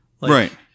right